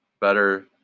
better